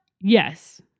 yes